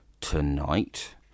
tonight